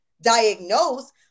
diagnose